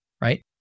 right